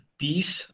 peace